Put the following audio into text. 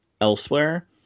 elsewhere